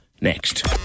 next